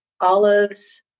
olives